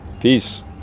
peace